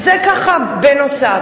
זה כך בנוסף.